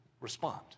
respond